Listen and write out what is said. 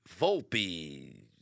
Volpe